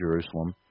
Jerusalem